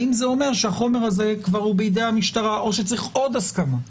האם זה אומר שהחומר הזה כבר בידי המשטרה או שצריך עוד הסכמה?